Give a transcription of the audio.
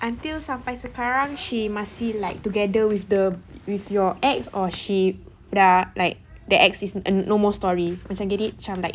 until some sampai sekarang she masih like together with the with your ex or she dah like the ex is a no more story macam get it